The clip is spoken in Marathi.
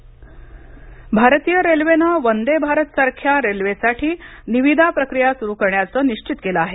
रेल्वे वदे भारत भारतीय रेल्वेने वंदे भारत सारख्या रेल्वेंसाठी निविदा प्रक्रिया सुरू करण्याचं निश्वित केलं आहे